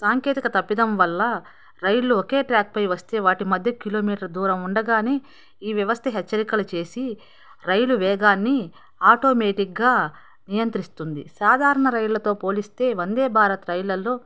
సాంకేతిక తప్పిదం వల్ల రైలు ఒకే ట్రాక్ పైనే వస్తే వాటి మధ్య కిలోమీటర్ దూరం ఉండగానే ఈ వ్యవస్థ హెచ్చరికలు చేసి రైలు వేగాన్ని ఆటోమేటిక్గా నియంత్రిస్తుంది సాధారణ రైళ్ళతో పోలిస్తే వందే భారత్ రైళ్ళలో